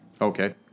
Okay